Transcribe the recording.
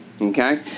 okay